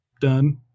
done